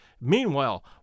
Meanwhile